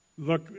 look